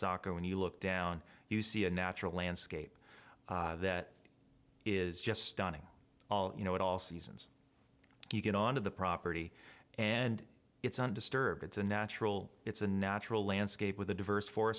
soco when you look down you see a natural landscape that is just stunning all you know it all seasons you get onto the property and it's undisturbed it's a natural it's a natural landscape with a diverse for